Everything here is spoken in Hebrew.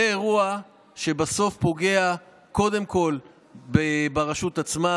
זה אירוע שבסוף פוגע קודם כול ברשות עצמה,